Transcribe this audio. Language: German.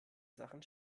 sachen